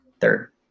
Third